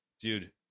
dude